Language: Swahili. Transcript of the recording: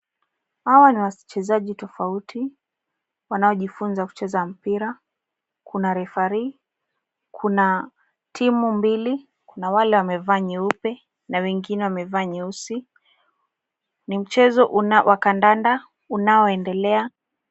Hawa ni wachezaji tofauti wanaojifunza kucheza mpira. Kuna referee , kuna timu mbili na wale wamevaa nyeupe na wengine wamevaa nyeusi. Ni mchezo wa kandanda unaonendelea.